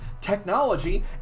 technology